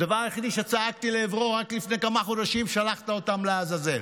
הדבר היחידי שצעקתי לעברו: רק לפני כמה חודשים שלחת אותם לעזאזל.